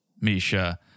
Misha